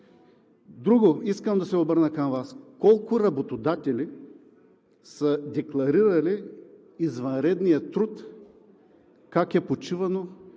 часа?! Искам да се обърна към Вас: колко работодатели са декларирали извънредния труд – как е почивано